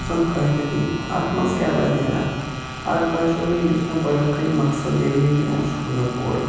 زَن فٲیِدٕ دی اَتھ اَتھ مَنٛز کیٛاہ باسے مےٚ اَتھ اکھ باسیو مےٚ یُس مےٚ گۄڈٕنکُے مَقصَد یمہ مےٚ یہِ اوٚن سُہ گوٚو مےٚ پوٗرٕ